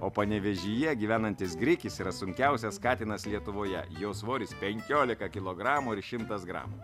o panevėžyje gyvenantis grikis yra sunkiausias katinas lietuvoje jo svoris penkiolika kilogramų ir šimtas gramų